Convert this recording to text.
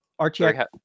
rtx